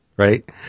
Right